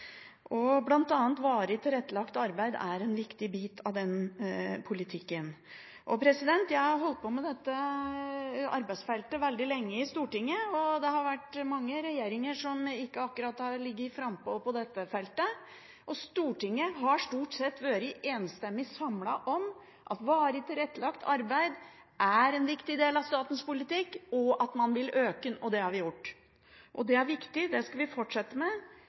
annet er varig tilrettelagt arbeid en viktig bit av den politikken. Jeg har holdt på med dette arbeidsfeltet i Stortinget veldig lenge. Det er mange regjeringer som ikke akkurat har vært frampå på dette feltet. Stortinget har stort sett vært enstemmig – samlet – om at varig tilrettelagt arbeid er en viktig del av statens politikk, og at man vil styrke dette. Det har vi gjort. Det er viktig – det skal vi fortsette med